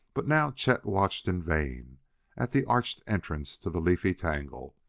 but now chet watched in vain at the arched entrance to the leafy tangle.